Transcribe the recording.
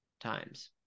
times